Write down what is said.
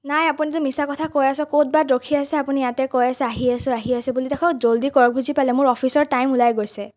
নাই আপুনিতো মিছা কথা কৈ আছে ক'ত বা ৰখি আছে আপুনি ইয়াতে কৈ আছে আহি আছোঁ আহি আছোঁ বুলি জল্ডি কৰক বুজি পালে মোৰ অফিচৰ টাইম ওলাই গৈছে